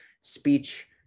speech